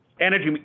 Energy